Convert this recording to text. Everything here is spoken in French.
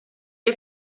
est